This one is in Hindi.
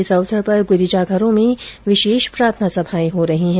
इस अवसर पर गिरिजाघरों में विशेष प्रार्थना सभाए हो रही है